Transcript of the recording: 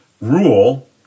rule